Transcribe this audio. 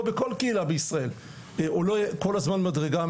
בכל קהילה בישראל עולה כל הזמן מדרגה,